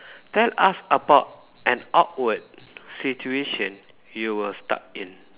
tell us about an awkward situation you were stuck in